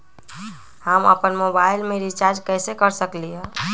हम अपन मोबाइल में रिचार्ज कैसे कर सकली ह?